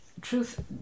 truth